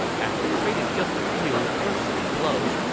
after trading just a few cursory blows,